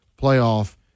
playoff